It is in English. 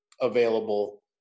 available